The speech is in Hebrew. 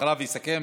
אחריו יסכם